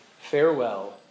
farewell